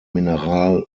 mineral